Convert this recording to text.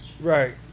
Right